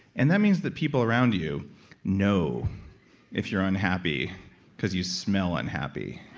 and that means that people around you know if you're unhappy because you smell unhappy